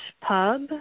pub